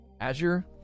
Azure